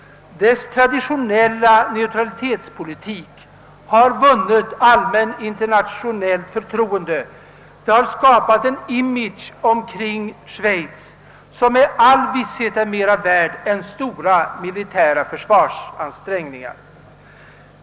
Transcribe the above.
Dess traditionella neutralitetspolitik har vunnit allmänt internationellt förtroende och skapat en image omkring Schweiz som med all visshet är mer värd än stora traditionella försvarsansträngningar.